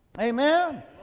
Amen